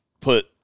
put